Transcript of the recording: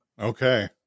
Okay